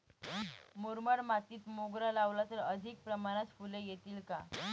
मुरमाड मातीत मोगरा लावला तर अधिक प्रमाणात फूले येतील का?